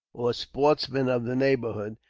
or sportsman of the neighbourhood,